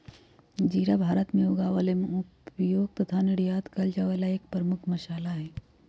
जीरा भारत में उगावल एवं उपयोग तथा निर्यात कइल जाये वाला एक प्रमुख मसाला हई